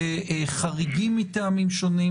בחריגים מטעמים שונים,